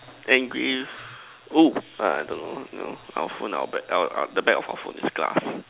engrave oh I don't know you know our phone our back our our the back of our phone is glass